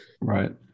Right